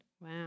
Wow